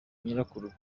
nyirakuru